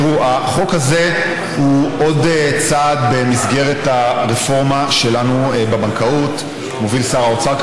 החוק הזה הוא עוד צעד במסגרת הרפורמה שלנו בבנקאות שמוביל שר האוצר,